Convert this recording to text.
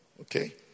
Okay